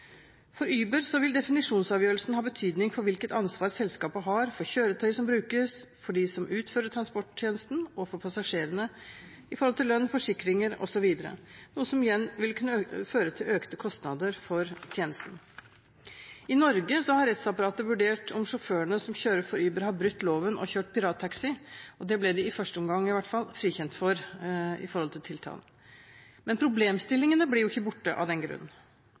For Uber vil definisjonsavgjørelsen ha betydning for hvilket ansvar selskapet har, for kjøretøy som brukes, for dem som utfører transporttjenesten, for passasjerene, for lønn, forsikringer osv., noe som igjen vil kunne føre til økte kostnader for tjenesten. I Norge har rettsapparatet vurdert om sjåførene som kjører for Uber, har brutt loven og kjørt pirattaxi, og det ble de – i første omgang, i hvert fall – frikjent for i forhold til tiltalen. Men problemstillingene blir jo ikke borte av den grunn.